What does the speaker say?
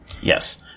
Yes